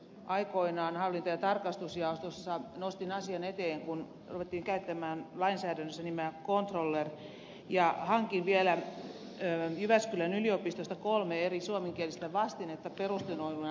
aikoinaan hallinto ja tarkastusjaostossa nostin asian esiin kun ruvettiin käyttämään lainsäädännössä nimeä controller ja hankin vielä jyväskylän yliopistosta kolme eri suomenkielistä vastinetta perusteltuina